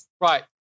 Right